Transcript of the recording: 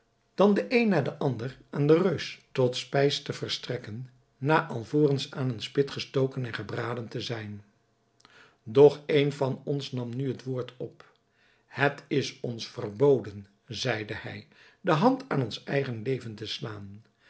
dan den een na den ander aan den reus tot spijs te verstrekken na alvorens aan een spit gestoken en gebraden te zijn doch een van ons nam nu het woord op het is ons verboden zeide hij de hand aan ons eigen leven te slaan